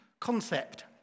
concept